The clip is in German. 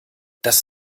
das